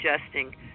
adjusting